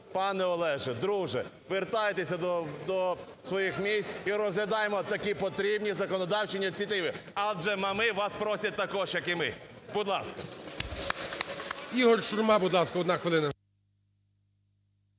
пане Олеже, друже, вертайтеся до своїх місць і розглядаємо такі потрібні законодавчі ініціативи, адже мами вас просять також, як і ми, будь ласка.